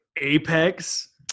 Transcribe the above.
Apex